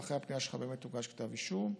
ואחרי הפנייה שלך באמת הוגש כתב אישום.